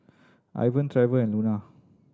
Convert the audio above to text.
Ivan Trever and Luna